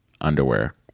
underwear